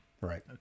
right